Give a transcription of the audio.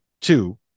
Two